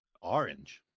Orange